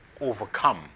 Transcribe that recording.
overcome